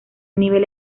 nivel